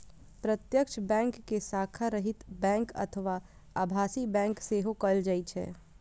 प्रत्यक्ष बैंक कें शाखा रहित बैंक अथवा आभासी बैंक सेहो कहल जाइ छै